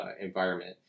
environment